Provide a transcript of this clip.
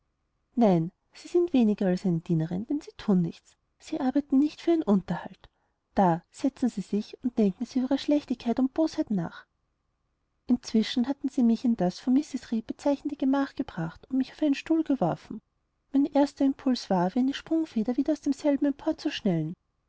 nein sie sind weniger als eine dienerin denn sie thun nichts sie arbeiten nicht für ihren unterhalt da setzen sie sich und denken sie über ihre schlechtigkeit und bosheit nach inzwischen hatten sie mich in das von mrs reed bezeichnete gemach gebracht und mich auf einen stuhl geworfen mein erster impuls war wie eine sprungfeder wieder von demselben empor zu schnellen